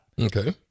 Okay